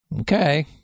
Okay